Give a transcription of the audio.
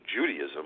Judaism